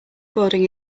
boarding